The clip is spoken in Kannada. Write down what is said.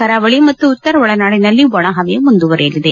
ಕರಾವಳಿ ಮತ್ತು ಉತ್ತರ ಒಳನಾಡಿನಲ್ಲಿ ಒಣಹವೆ ಮುಂದುವರಿಯಲಿದೆ